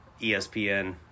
ESPN